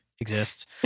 exists